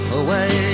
away